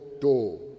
door